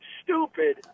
stupid